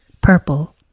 purple